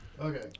Okay